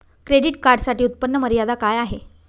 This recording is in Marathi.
क्रेडिट कार्डसाठी उत्त्पन्न मर्यादा काय आहे?